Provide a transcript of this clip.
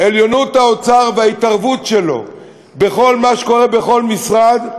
עליונות האוצר וההתערבות שלו בכל מה שקורה בכל משרד,